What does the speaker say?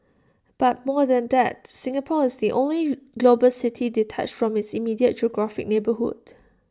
but more than that Singapore is the only global city detached from its immediate geographic neighbourhood